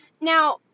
Now